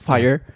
Fire